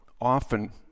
often